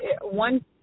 one